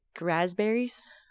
raspberries